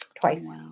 twice